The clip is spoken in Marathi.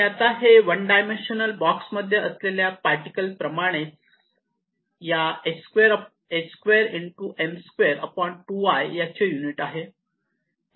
आणि आता हे वन डायमेन्शनल बॉक्स मध्ये असलेल्या पार्टिकल प्रमाणेच या याचे युनिट आहे